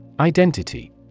Identity